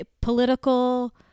political